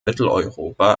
mitteleuropa